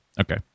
Okay